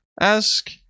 Ask